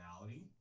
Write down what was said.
reality